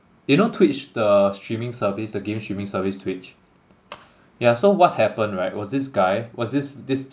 you know twitch the streaming service the game streaming service twitch yeah so what happened right was this guy was this this